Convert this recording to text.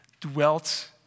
dwelt